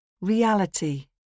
Reality